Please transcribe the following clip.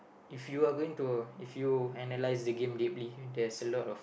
if you are going to if you analyse the game deeply there's a lot of